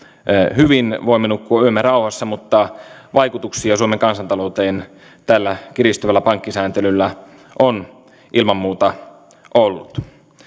hyvin voimme nukkua yömme rauhassa mutta vaikutuksia suomen kansantalouteen tällä kiristyvällä pankkisääntelyllä on ilman muuta ollut